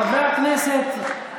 חבר הכנסת, אה,